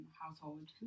household